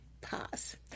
pause